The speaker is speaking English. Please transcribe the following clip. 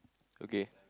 okay